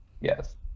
Yes